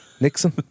Nixon